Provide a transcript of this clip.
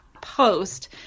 post